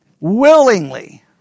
willingly